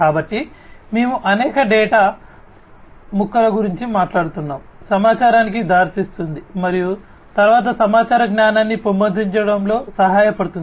కాబట్టి మేము అనేక డేటా ముక్కల గురించి మాట్లాడుతున్నాము సమాచారానికి దారి తీస్తుంది మరియు తరువాత సమాచారం జ్ఞానాన్ని పెంపొందించడంలో సహాయపడుతుంది